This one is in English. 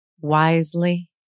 wisely